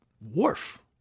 wharf